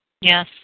Yes